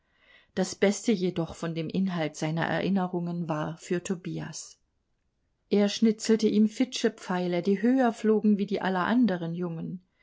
das beste jedoch von dem inhalt seiner erinnerungen war für tobias er schnitzelte ihm fitschepfeile die höher flogen wie die aller anderen jungen